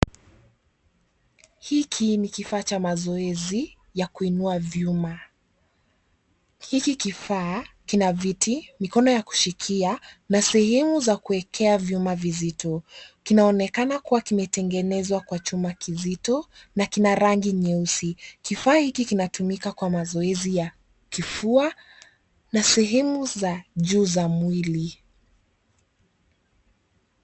Hiki ni kifaa cha mazoezi ya kuinua vyuma. Hiki kifaa kina viti, mikono ya kushikia na sehemu za kuwekea vyuma vizito. Kinaonekana kuwa vimetengenezwa kwa chuma kizito na kina rangi nyeusi. Kifaa hiki kinatumika kwa mazoezi ya kifua na sehemu za juu za mwilli.